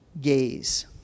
gaze